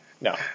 No